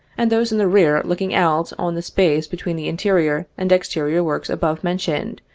and those in the rear looking out on the space between the interior and exterior works above mentioned,